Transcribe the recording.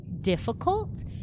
difficult